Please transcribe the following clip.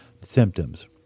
symptoms